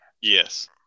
Yes